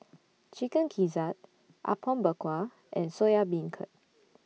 Chicken Gizzard Apom Berkuah and Soya Beancurd